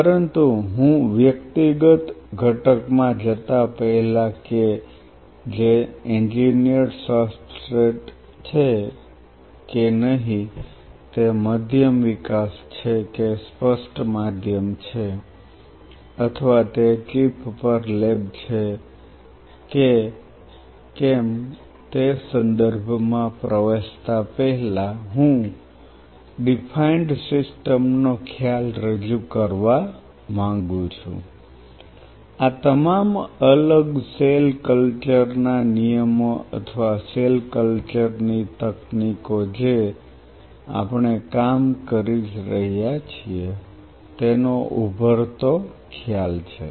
પરંતુ હું વ્યક્તિગત ઘટક માં જતા પહેલા કે એન્જિનિયર્ડ સબસ્ટ્રેટ છે કે નહીં તે મધ્યમ વિકાસ છે કે સપષ્ટ માધ્યમ છે અથવા તે ચિપ પર લેબ છે કે કેમ તે સંદર્ભમાં પ્રવેશતા પહેલા હું ડીફાઈન્ડ સિસ્ટમ નો ખ્યાલ રજૂ કરવા માંગુ છું આ તમામ અલગ સેલ ક્લચર ના નિયમો અથવા સેલ ક્લચર ની તકનીકો જે આપણે કામ કરી રહ્યા છીએ તેનો ઉભરતો ખ્યાલ છે